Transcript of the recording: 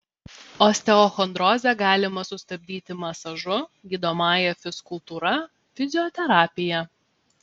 osteochondrozę galima sustabdyti masažu gydomąja fizkultūra fizioterapija